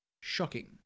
Shocking